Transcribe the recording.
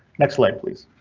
next slide, please.